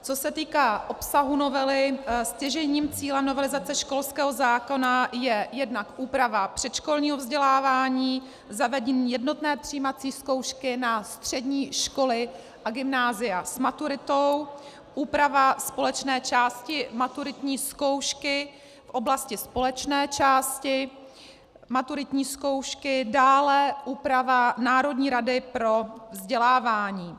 Co se týká obsahu novely, stěžejním cílem novelizace školského zákona je jednak úprava předškolního vzdělávání, zavedení jednotné přijímací zkoušky na střední školy a gymnázia s maturitou, jednak úprava společné části maturitní zkoušky v oblasti společné části maturitní zkoušky, dále úprava Národní rady pro vzdělávání.